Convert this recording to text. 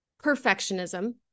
perfectionism